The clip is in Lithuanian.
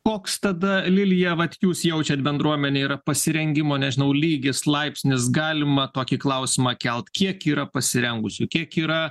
koks tada lilija vat jūs jaučiat bendruomenėj yra pasirengimo nežinau lygis laipsnis galima tokį klausimą kelt kiek yra pasirengusių kiek yra